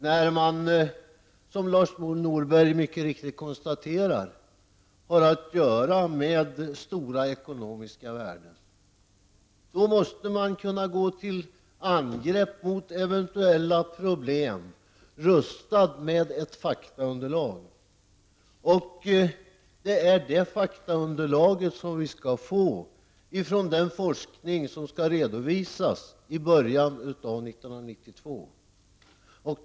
Man har ju, som Lars Norberg mycket riktigt konstaterar, att göra med mycket stora ekonomiska värden. Man måste kunna gå till angrepp mot eventuella problem, rustad med ett faktaunderlag. Detta underlag skall vi få av den forskning som kommer att redovisas i början av 1992.